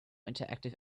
interactive